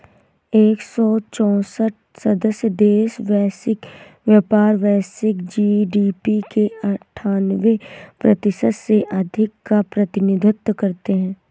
एक सौ चौसठ सदस्य देश वैश्विक व्यापार, वैश्विक जी.डी.पी के अन्ठान्वे प्रतिशत से अधिक का प्रतिनिधित्व करते हैं